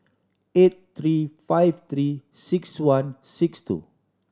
eight three five Three Six One six two